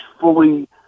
fully